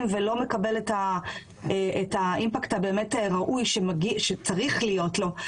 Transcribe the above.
ולא מקבל את האימפקט הבאמת ראוי שצריך להיות לו.